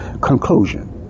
Conclusion